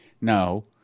No